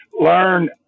learn